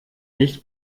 nicht